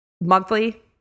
monthly